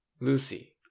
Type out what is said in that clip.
Lucy